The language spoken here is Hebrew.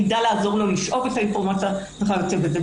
יידע לעזור לו לשאוב את האינפורמציה וכיוצא בזה.